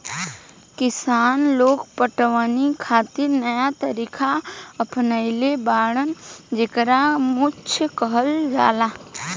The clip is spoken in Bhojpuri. किसान लोग पटवनी खातिर नया तरीका अपनइले बाड़न जेकरा मद्दु कहल जाला